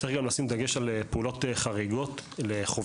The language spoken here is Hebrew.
יש גם לשים דגש על פעולות חריגות לחובשים